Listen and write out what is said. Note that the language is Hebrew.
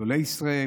גדולי ישראל,